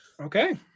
Okay